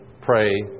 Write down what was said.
pray